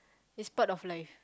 is part of life